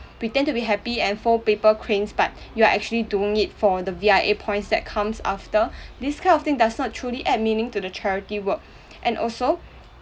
pretend to be happy and fold paper cranes but you are actually doing it that for the V_I_A points that comes after this kind of thing does not truly add meaning to the charity work and also